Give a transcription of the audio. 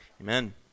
Amen